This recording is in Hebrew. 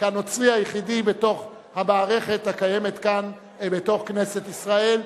כנוצרי היחידי בתוך המערכת הקיימת כאן בתוך כנסת ישראל.